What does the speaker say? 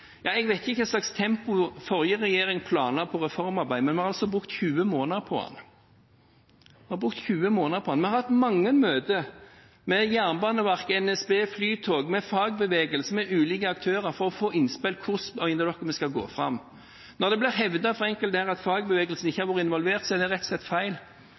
Ja, jeg vet ikke hva slags tempo forrige regjering planla på reformarbeid, men vi har altså brukt 20 måneder på den – 20 måneder. Vi har hatt mange møter med Jernbaneverket, med NSB, med Flytoget, med fagbevegelse, med ulike aktører for å få innspill om hvordan de vil at vi skal gå fram. Når det blir hevdet fra enkelte her at fagbevegelsen ikke har vært involvert, er det rett og slett feil.